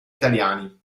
italiani